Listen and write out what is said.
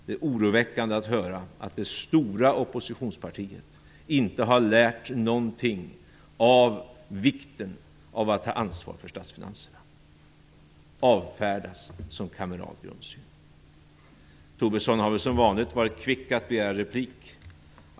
Det är oroväckande att höra att det stora oppositionspartiet inte har lärt något om vikten av att ta ansvar för statsfinanserna. Det avfärdas som kameral grundsyn. Lars Tobisson har väl som vanligt varit kvick att begära replik.